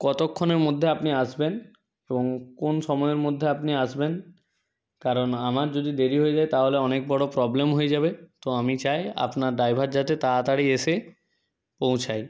কতক্ষণের মধ্যে আপনি আসবেন এবং কোন সময়ের মধ্যে আপনি আসবেন কারণ আমার যদি দেরি হয়ে যায় তাহলে অনেক বড় প্রবলেম হয়ে যাবে তো আমি চাই আপনার ড্রাইভার যাতে তাড়াতাড়ি এসে পৌঁছায়